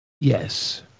Yes